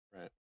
Right